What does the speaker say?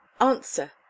Answer